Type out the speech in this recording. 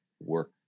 work